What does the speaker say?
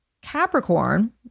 Capricorn